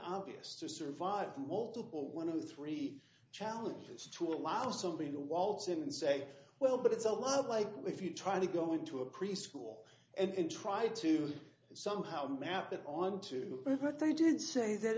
obvious to survive multiple one of the three challenge is to allow somebody to waltz in and say well but it's a lot of like if you try to go into a preschool and try to somehow map it onto but they did say that